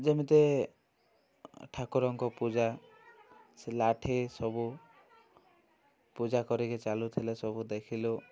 ଯେମିତି ଠାକୁରଙ୍କ ପୂଜା ସେ ଲାଠି ସବୁ ପୂଜା କରିକି ଚାଲୁଥିଲେ ସବୁ ଦେଖିଲୁ